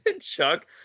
chuck